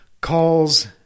calls